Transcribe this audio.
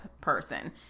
person